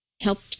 helped